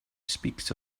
speaks